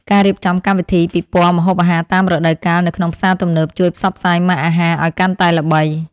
ការរៀបចំកម្មវិធីពិព័រណ៍ម្ហូបអាហារតាមរដូវកាលនៅក្នុងផ្សារទំនើបជួយផ្សព្វផ្សាយម៉ាកអាហារឱ្យកាន់តែល្បី។